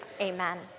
Amen